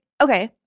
okay